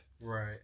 Right